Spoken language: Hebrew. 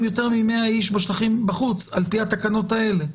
יותר מ-100 איש בחוץ על פי התקנות האלה,